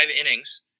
innings